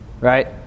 Right